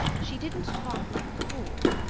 she didn't talk like a fool.